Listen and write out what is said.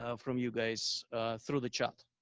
ah from you guys through the chat.